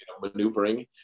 maneuvering